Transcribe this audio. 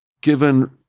given